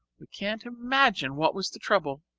we can't imagine what was the trouble.